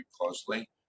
closely